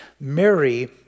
Mary